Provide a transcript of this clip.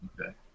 Okay